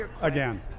Again